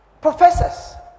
Professors